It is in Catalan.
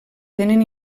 tenen